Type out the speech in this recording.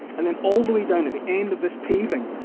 and then all the way down at the end of this paving,